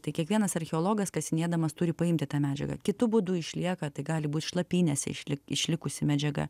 tai kiekvienas archeologas kasinėdamas turi paimti tą medžiagą kitu būdu išlieka tai gali būti šlapynėse išlik išlikusi medžiaga